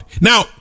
Now